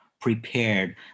prepared